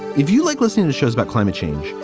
if you like listening to shows about climate change,